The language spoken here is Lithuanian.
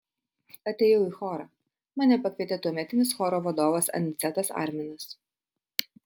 atėjau į chorą mane pakvietė tuometinis choro vadovas anicetas arminas